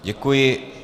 Děkuji.